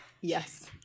yes